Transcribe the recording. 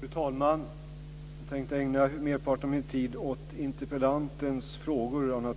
Fru talman! Jag tänkte av naturliga skäl ägna merparten av min tid åt interpellantens frågor.